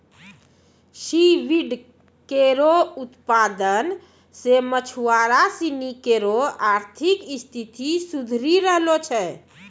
C weed केरो उत्पादन सें मछुआरा सिनी केरो आर्थिक स्थिति सुधरी रहलो छै